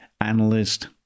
analyst